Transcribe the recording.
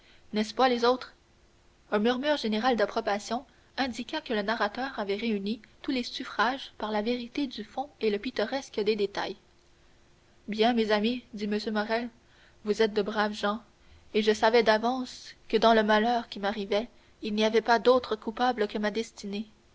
n'est-ce pas les autres un murmure général d'approbation indiqua que le narrateur avait réuni tous les suffrages par la vérité du fonds et le pittoresque des détails bien mes amis dit m morrel vous êtes de braves gens et je savais d'avance que dans le malheur qui m'arrivait il n'y avait pas d'autre coupable que ma destinée